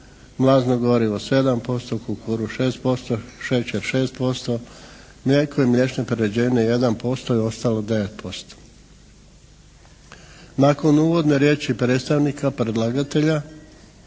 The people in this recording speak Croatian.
mazno gorivo 7%, kukuruz 6%, šećer 6%, mlijeko i mliječne prerađevine 1% i ostalo 9%. Nakon uvodne riječi predstavnika predlagatelja